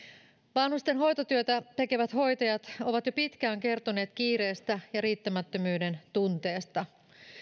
vanhustenhoitotyötä tekevät hoitajat ovat jo pitkään kertoneet kiireestä ja riittämättömyydentunteesta